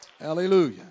Hallelujah